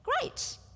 Great